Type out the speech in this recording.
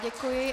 Děkuji.